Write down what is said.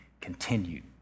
continued